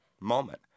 moment